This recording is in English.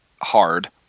hard